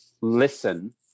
listen